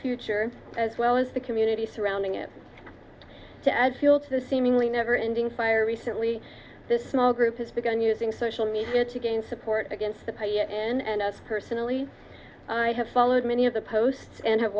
future as well as the community surrounding it to add fuel to the seemingly never ending fire recently this small group has begun using social media to gain support against the pi and us personally i have followed many of the posts and have